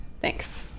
Thanks